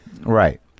Right